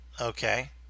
okay